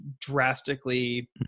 drastically